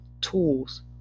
tools